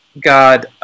God